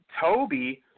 Toby